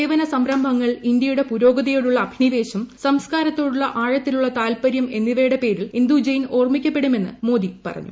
സേവന സംരംഭങ്ങൾ ഇന്തൃയുടെ പുരോഗതിയോടുള്ള അഭിനിവേശം സംസ്ക്കാരത്തോടുള്ള ആഴത്തിലുള്ള താൽപ്പര്യം എന്നിവയുടെ പേരിൽ ഇന്ദു ജെയിൻ ഓർമ്മിക്കപ്പെടുമെന്ന് ട്വീറ്റിൽ മോദി പറഞ്ഞു